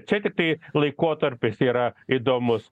čia tiktai laikotarpis yra įdomus